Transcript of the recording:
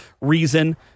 reason